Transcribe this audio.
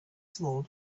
small